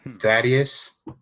Thaddeus